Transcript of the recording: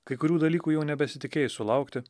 kai kurių dalykų jau nebesitikėjai sulaukti